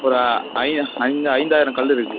ஒரு ஐந்து ஐந்தாயிரம் கல் இருக்குது